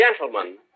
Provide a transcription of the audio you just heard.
gentlemen